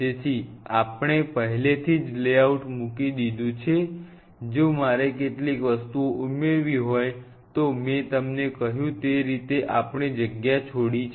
તેથી આપ ણે પહેલેથી જ લેઆઉટ મૂકી દીધું છે જો મારે કેટલીક વસ્તુઓ ઉમેરવી હોય તો મેં તમને કહ્યું તે રીતે આપ ણે ઘણી જગ્યા છોડી છે